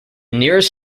nearest